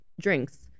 drinks